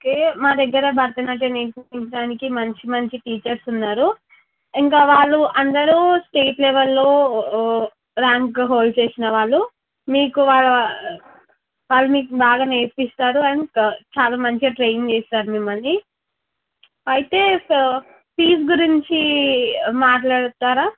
okay మా దగ్గర భరతనాట్యం నేర్పించడానికి మంచి మంచి టీచర్స్ ఉన్నారు ఇంకా వాళ్ళు అందరూ స్టేట్ లెవెల్లో ర్యాంకు హోల్డ్ చేసిన వాళ్ళు మీకు వాళ్ళ వాళ్ళు మీకు బాగా నేర్పిస్తారు అండ్ చాలా మంచి ట్రైనింగ్ చేస్తారు మిమ్మల్ని అయితే సో ఫీజు గురించి మాట్లాడతారా